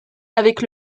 avec